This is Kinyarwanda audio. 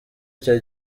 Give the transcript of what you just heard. icyo